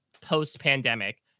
post-pandemic